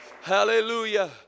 Hallelujah